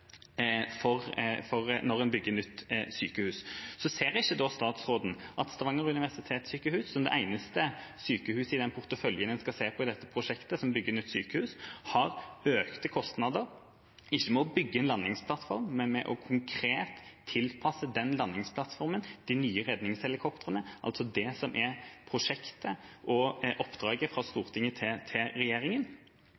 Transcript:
når en bygger nytt sykehus. Ser ikke da statsråden at Stavanger universitetssykehus – som det eneste sykehuset i den porteføljen en skal se på i dette prosjektet, som bygger nytt sykehus – har økte kostnader, ikke med å bygge en landingsplattform, men med konkret å tilpasse den landingsplattformen til de nye redningshelikoptrene, altså det som er prosjektet og oppdraget fra